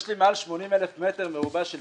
יש לי מעל 80,000 מ"ר של פיגום.